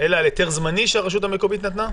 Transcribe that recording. אלא על היתר זמני שהרשות המקומית נתנה?